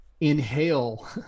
inhale